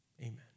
Amen